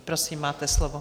Prosím, máte slovo.